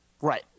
Right